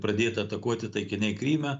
pradėta atakuoti taikiniai kryme